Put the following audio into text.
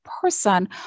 person